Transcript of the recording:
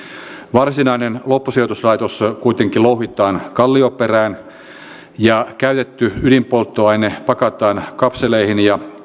varsinainen loppusijoituslaitos kuitenkin louhitaan kallioperään ja käytetty ydinpolttoaine pakataan kapseleihin ja